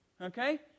Okay